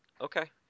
Okay